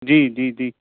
जी जी जी